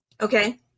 okay